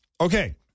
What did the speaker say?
Okay